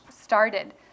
started